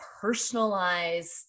personalized